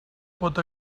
pot